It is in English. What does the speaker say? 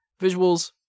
Visuals